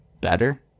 better